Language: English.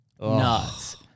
nuts